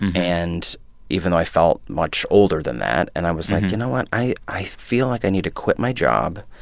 and even though i felt much older than that. and i was like, you know what? i i feel like i need to quit my job.